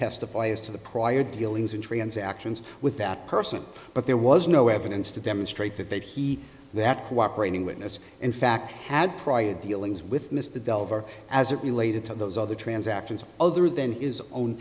testify as to the prior dealings in transactions with that person but there was no evidence to demonstrate that that he that cooperating witness in fact had prior dealings with mr delver as it related to those other transactions other than his own